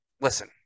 Listen